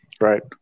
Right